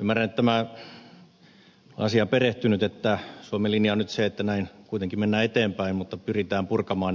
ymmärrän kun olen asiaan perehtynyt että suomen linja on nyt se että näin kuitenkin mennään eteenpäin mutta pyritään purkamaan